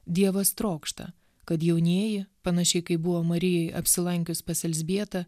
dievas trokšta kad jaunieji panašiai kaip buvo marijai apsilankius pas elzbietą